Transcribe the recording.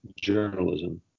journalism